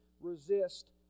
resist